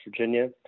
Virginia